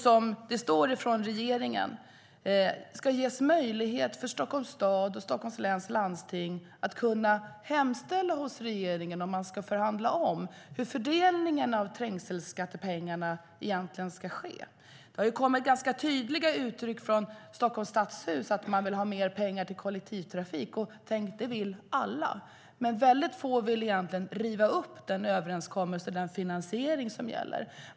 Som det sägs från regeringen ska det ges möjlighet för Stockholms stad och Stockholms läns landsting att hemställa till regeringen att man ska förhandla om hur fördelningen av trängselskattepengarna egentligen ska ske. Det har uttryckts ganska tydligt från Stockholms stadshus att man vill ha mer pengar till kollektivtrafik. Och, tänk, det vill alla. Men väldigt få vill egentligen riva upp den överenskommelse och den finansiering som gäller.